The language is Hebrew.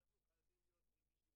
אנחנו חייבים להיות רגישים.